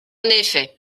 effet